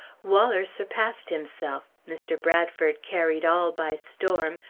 waller surpassed himself, mr. bradford carried all by storm,